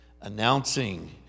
Announcing